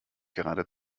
gerade